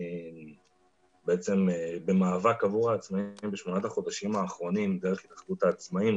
אני במאבק עבור העצמאים בשמונת החודשים האחרונים דרך התאחדות העצמאים,